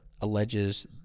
alleges